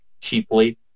cheaply